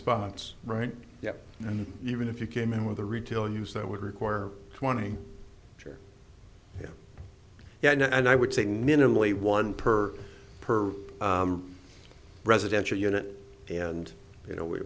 spots right yeah and even if you came in with a retail use that would require twenty yeah yeah and i would say minimally one per per residential unit and you know we